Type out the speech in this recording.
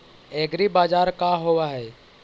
एग्रीबाजार का होव हइ?